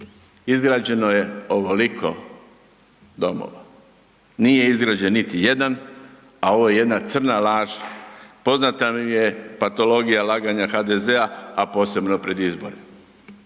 Izgrađeno je oveliko domova, nije izgrađen niti jedan, a ovo je jedna crna laž. Poznata nam je patologija laganja HDZ-a, a posebno pred izbore.